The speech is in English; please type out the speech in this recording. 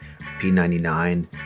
P99